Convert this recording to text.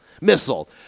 missile